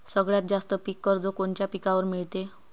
सगळ्यात जास्त पीक कर्ज कोनच्या पिकावर मिळते?